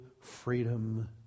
freedom